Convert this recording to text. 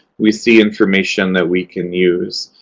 we see information that we can use.